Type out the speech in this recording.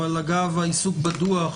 אבל אגב העיסוק בדו"ח,